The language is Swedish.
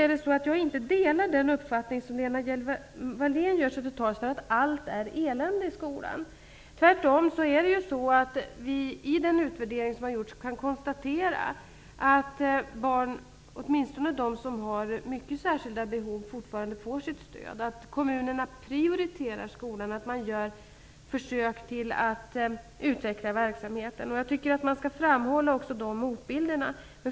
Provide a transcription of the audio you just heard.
Däremot delar jag inte den uppfattning som Lena Hjelm-Wallén gör sig till tals för, dvs. att allt är elände i skolan. Tvärtom konstaterar man i den utvärdering som har gjorts att åtminstone de barn som har mycket särskilda behov fortfarande får stöd, att kommunerna prioriterar skolan, att man försöker att utveckla verksamheten. Jag tycker att man också skall framhålla dessa motbilder.